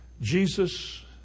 Jesus